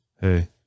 Hey